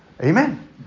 Amen